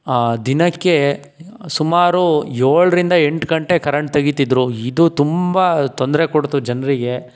ದಿನಕ್ಕೆ ಸುಮಾರು ಏಳರಿಂದ ಎಂಟು ಗಂಟೆ ಕರೆಂಟ್ ತೆಗೀತಿದ್ದರು ಇದು ತುಂಬ ತೊಂದರೆ ಕೊಡ್ತು ಜನರಿಗೆ